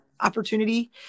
opportunity